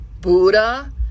buddha